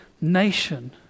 nation